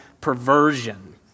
perversion